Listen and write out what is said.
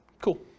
Cool